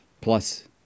plus